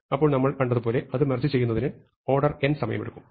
അപ്പോൾ നമ്മൾ കണ്ടതുപോലെ അത് മെർജ് ചെയ്യൂന്നതിന് ഓർഡർ n സമയമെടുക്കും